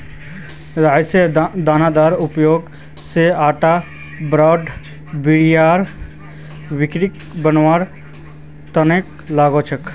राईयेर दानार उपयोग स आटा ब्रेड बियर व्हिस्की बनवार तना लगा छेक